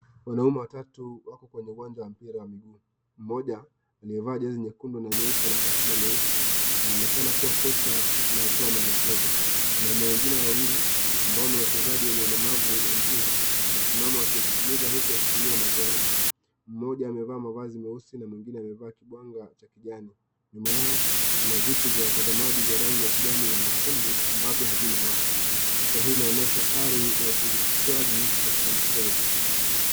Wanaume watatu wako kwenye uwanja wa mpira wa miguu, mmoja aliyevaa jezi nyekundu na nyeupe na kaptura nyeusi anaonekana kuwa cocha anayetoa maelekezo , wanaume wengine wawili ambao ni wachezaji wenye ulemavu wa mguu wanasimama wakimskiliza huku wakitimia magongo, mmoja amevaa mavazi meusi na mwingine amevaa kigwanda cha kijani, nyuma yao kuna viti vya watazamaji vya rangi ya kijani na nyekundu ambavyo havina watu ,picha hii inaonyesha hali ya ushirikishwaji katika michezo.